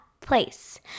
place